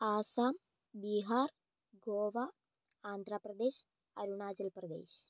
Assam Bihar Goa Andhra Pradesh Arunachal Pradesh